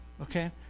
okay